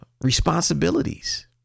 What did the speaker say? Responsibilities